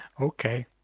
Okay